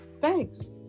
Thanks